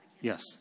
Yes